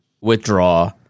withdraw